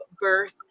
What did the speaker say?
birth